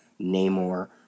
Namor